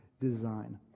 design